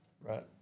Right